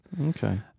Okay